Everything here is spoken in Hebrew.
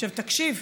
עכשיו תקשיב,